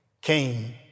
came